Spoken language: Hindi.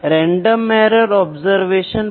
इसलिए मैंने जो किया वह एक एमपीरीकल मेथड था